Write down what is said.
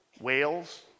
Whales